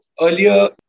earlier